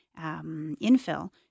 infill